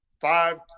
five